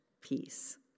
peace